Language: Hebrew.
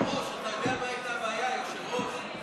היושב-ראש, אתה יודע מה הייתה הבעיה, היושב-ראש?